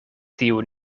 tiu